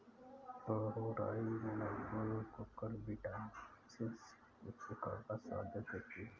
तोरई में मौजूद कुकुरबिटॉसिन उसे कड़वा स्वाद दे देती है